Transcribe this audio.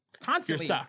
constantly